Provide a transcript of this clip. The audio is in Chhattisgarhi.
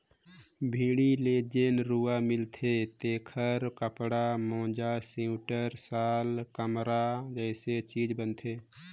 भेड़ी ले जेन रूआ मिलथे तेखर कपड़ा, मोजा सिवटर, साल, कमरा जइसे चीज बनथे